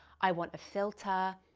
i want a filter.